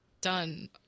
done